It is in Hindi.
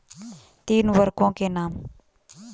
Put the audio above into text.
तीन उर्वरकों के नाम?